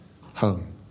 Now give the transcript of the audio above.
home